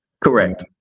Correct